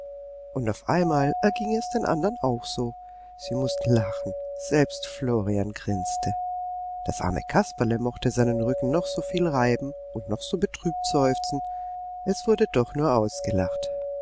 und auf einmal erging es den andern auch so sie mußten lachen selbst florian grinste das arme kasperle mochte seinen rücken noch so viel reiben und noch so betrübt seufzen es wurde doch nur ausgelacht